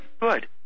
Good